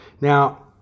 Now